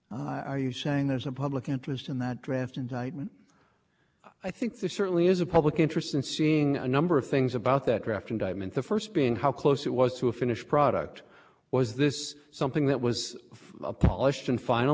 prosecute are you saying there's a public interest in that draft indictment i think there certainly is a public interest in seeing a number of things about that draft indictment the first being how close it was to a finished product was this something that was a polished and finally